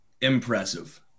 impressive